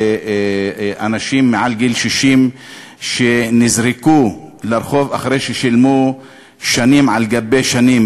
ועל אנשים מעל גיל 60 שנזרקו לרחוב אחרי ששילמו שנים על שנים.